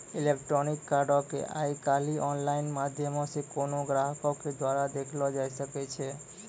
electronic कार्डो के आइ काल्हि आनलाइन माध्यमो से कोनो ग्राहको के द्वारा देखलो जाय सकै छै